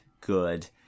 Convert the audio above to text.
good